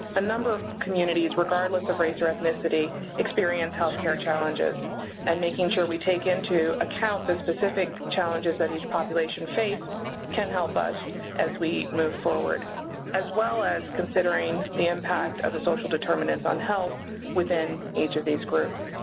a number communities regardless of race or ethnicity experience health care challenges and making sure we take into account the specific challenges that each population face can help us as we move forward as well as considering the impact of the social determinants on health within each of these groups.